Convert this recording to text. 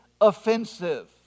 offensive